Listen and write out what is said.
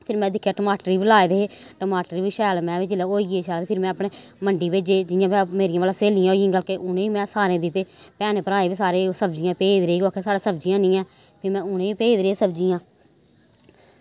फिर में दिक्खेआ टमाटर गी बी लाए दे हे टमाटर गी बी शैल में भी जिल्लै होइयै शैल फिर में अपने मंडी भेजे जि'यां भला मेरियां भला स्हेलियां होई गेइयां बल्के उ'नेंगी में सारें गी दित्ते भैनें भ्राएं बी सारें गी ओह् सब्जियां भेजदी रेही कोई आखन साढ़े सब्जियां है निं है फ्ही में उ'नेंगी बी भेजदी रेही सब्जियां